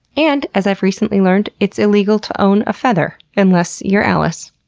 and as i've recently learned, it's illegal to own a feather. unless you're allis.